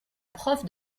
prof